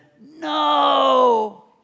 no